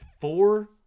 four